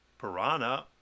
piranha